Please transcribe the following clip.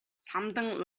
самдан